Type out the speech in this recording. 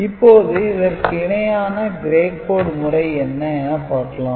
இப்போது இதற்கு இணையான "Gray code" முறை என்ன என பார்க்கலாம்